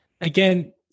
again